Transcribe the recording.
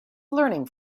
learning